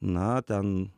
na ten